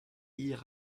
hir